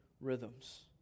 rhythms